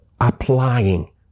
Applying